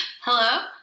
Hello